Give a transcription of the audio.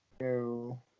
No